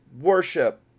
worship